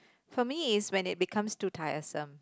for me is when it becomes too tiresome